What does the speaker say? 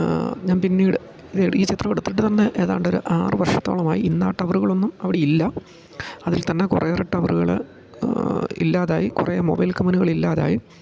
ഞാൻ പിന്നീട് ഈ ചിത്രമെടുത്തിട്ട് തന്നെ ഏതാണ്ടൊരു ആറ് വർഷത്തോളമായി ഇന്നാ ടവറുകളൊന്നും അവിടെ ഇല്ല അതിൽ തന്നെ കുറെ ഏറെ ടവറുകൾ ഇല്ലാതായി കുറെ മൊബൈൽ കമ്പനികളില്ലാതായി